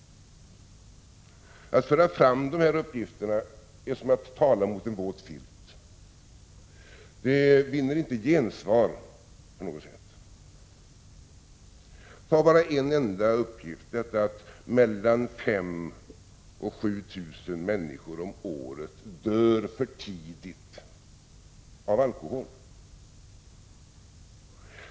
Att föra fram dessa uppgifter är som att tala mot en våt filt. Man vinner inte gensvar på något sätt. Låt mig ta bara ett enda exempel — att mellan 5 000 och 7 000 människor om året dör för tidigt av alkohol.